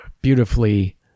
beautifully